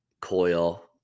Coil